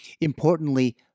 importantly